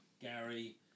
Gary